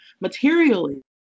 materially